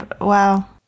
wow